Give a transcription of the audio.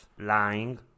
Lying